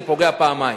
זה פוגע פעמיים.